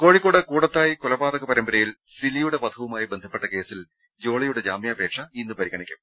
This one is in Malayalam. കോഴിക്കോട് കൂടത്തായ് കൊലപാതക പരമ്പരയിൽ സിലിയുടെ വധവുമായി ബന്ധപ്പെട്ട കേസിൽ ജോളിയുടെ ജാമ്യാപേക്ഷ ഇന്ന് പരിഗണിക്കും